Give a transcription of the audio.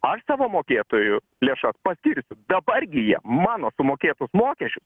aš savo mokėtojų lėšas paskirsiu dabar gi jie mano sumokėtus mokesčius